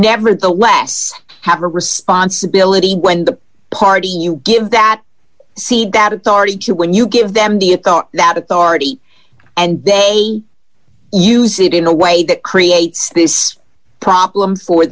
nevertheless have a responsibility when the party you give that cede that authority to when you give them vehicle that authority and they use it in a way that creates this problem for